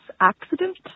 accident